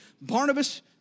Barnabas